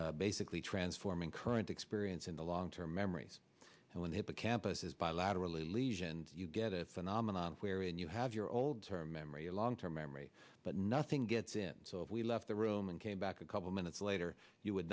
basically transforming current experience in the long term memories and winnipeg campuses bilaterally lesion you get a phenomenon where when you have your old term memory a long term memory but nothing gets in so if we left the room and came back a couple minutes later you would